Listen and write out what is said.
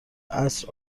عصر